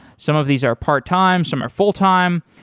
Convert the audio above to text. some of these are part-time, some are full time,